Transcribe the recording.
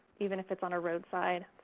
even if it's on a roadside.